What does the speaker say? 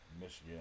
Michigan